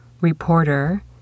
reporter